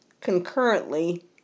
concurrently